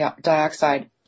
dioxide